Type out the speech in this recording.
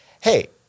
Hey